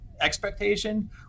expectation